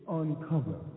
uncover